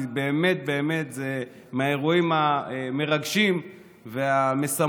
כי באמת באמת זה מהאירועים המרגשים והמשמחים